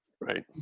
Right